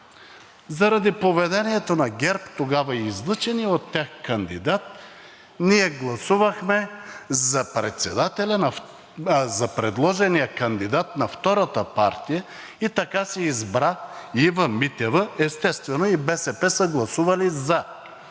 заради поведението на ГЕРБ тогава и излъчения от тях кандидат ние гласувахме за предложения кандидат на втората партия и така се избра Ива Митева. Естествено, тогава в